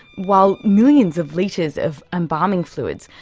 while millions of litres of embalming fluids,